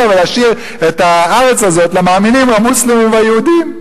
ולהשאיר את הארץ הזאת למאמינים המוסלמים והיהודים.